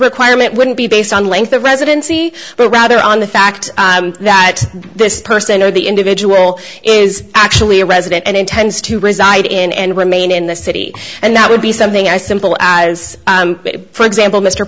requirement wouldn't be based on length of residency but rather on the fact that this person or the individual is actually a resident and intends to reside in and with maine in the city and that would be something i simple as for example m